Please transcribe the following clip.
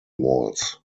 walls